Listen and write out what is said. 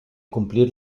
cumplir